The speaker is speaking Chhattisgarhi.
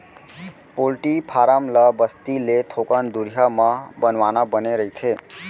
पोल्टी फारम ल बस्ती ले थोकन दुरिहा म बनवाना बने रहिथे